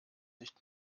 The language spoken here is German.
nicht